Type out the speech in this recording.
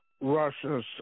Russia's